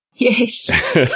Yes